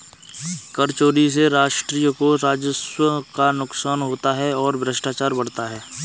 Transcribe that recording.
कर चोरी से राष्ट्र को राजस्व का नुकसान होता है और भ्रष्टाचार बढ़ता है